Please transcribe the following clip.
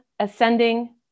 ascending